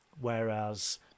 Whereas